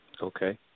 Okay